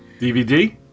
DVD